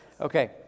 Okay